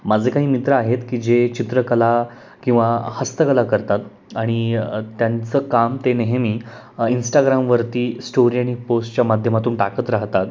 माझे काही मित्र आहेत की जे चित्रकला किंवा हस्तकला करतात आणि त्यांचं काम ते नेहमी इंस्टाग्रामवरती स्टोरी आणि पोस्टच्या माध्यमातून टाकत राहतात